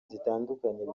zitandukanye